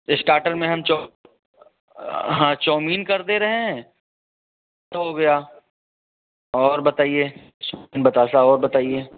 starter में हम चा हाँ चाऊमीन कर दे रहे हैं हो गया और बताइए बताशा और बताइए